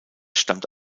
stammt